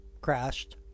crashed